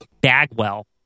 Bagwell